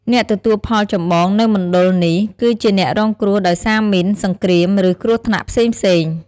អ្នកទទួលផលចម្បងនៅមណ្ឌលនេះគឺជាអ្នករងគ្រោះដោយសារមីន សង្គ្រាម ឬ គ្រោះថ្នាក់ផ្សេងៗ។